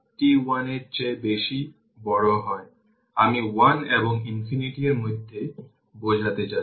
সুতরাং এখানে উভয়ই সিরিজে রয়েছে